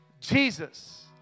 Jesus